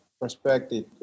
perspective